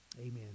Amen